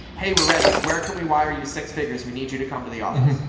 hey, we're ready? where can we wire you six figures. we need you to come to the office.